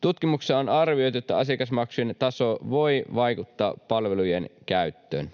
Tutkimuksessa on arvioitu, että asiakasmaksujen taso voi vaikuttaa palvelujen käyttöön.